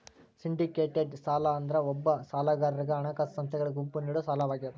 syndicated ಸಾಲ ಅಂದ್ರ ಒಬ್ಬ ಸಾಲಗಾರಗ ಹಣಕಾಸ ಸಂಸ್ಥೆಗಳ ಗುಂಪು ನೇಡೊ ಸಾಲವಾಗ್ಯಾದ